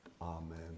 Amen